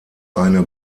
eine